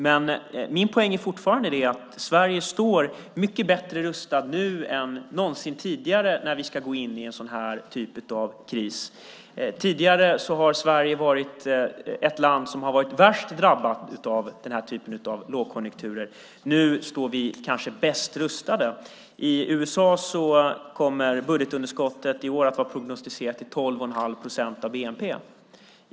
Men min poäng är fortfarande att Sverige står mycket bättre rustat nu än någonsin tidigare när vi ska gå in i en sådan här typ av kris. Tidigare har Sverige varit ett land som har varit värst drabbat av denna typ av lågkonjunkturer. Nu står vi kanske bäst rustade. I USA kommer budgetunderskottet i år att vara prognostiserat till 12 1⁄2 procent av bnp.